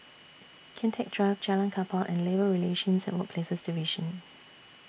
Kian Teck Drive Jalan Kapal and Labour Relations and Workplaces Division